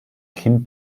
kim